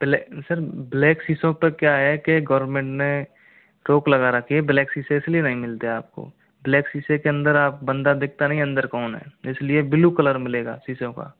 ब्लै sir black शीशों पर क्या है कि गोवररनमेंट ने रोक लगा रखी है ब्लैक शीशे इसलिए नहीं मिलते आप को ब्लैक शीशे के अंदर आप बंदा दिखता नहीं है अंदर कौन है इसलिए ब्लू कलर मिलेगा शीशों का